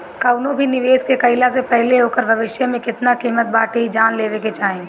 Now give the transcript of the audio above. कवनो भी निवेश के कईला से पहिले ओकर भविष्य में केतना किमत बाटे इ जान लेवे के चाही